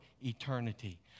eternity